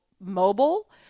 mobile